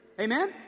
Amen